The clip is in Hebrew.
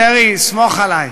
הממשלה, חבר הכנסת דרעי, סמוך עלי.